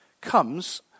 comes